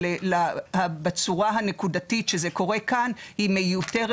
אבל בצורה הנקודתית שזה קורה כאן היא מיותרת